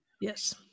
yes